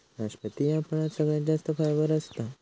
नाशपती ह्या फळात सगळ्यात जास्त फायबर असता